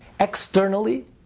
Externally